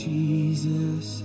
Jesus